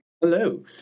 Hello